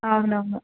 అవునవును